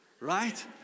right